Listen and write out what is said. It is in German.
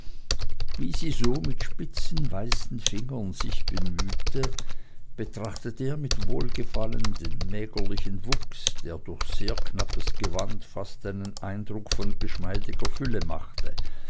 wie sie so mit spitzen weißen fingern sich bemühte betrachtete er mit wohlgefallen den mägerlichen wuchs der durch sehr knappes gewand fast einen eindruck von geschmeidiger fülle machte